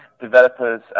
Developers